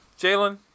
Jalen